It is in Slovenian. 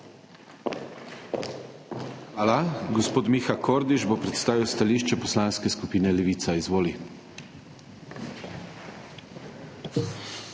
Hvala. Gospod Miha Kordiš bo predstavil stališče Poslanske skupine Levica. Izvoli.